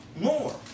more